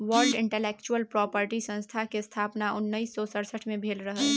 world intellectual property संस्था केर स्थापना उन्नैस सय सड़सठ मे भेल रहय